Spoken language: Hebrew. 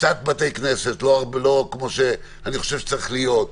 קצת בתי כנסת, לא כמו שאני חושב שצריך להיות.